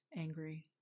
angry